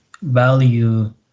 value